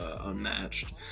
unmatched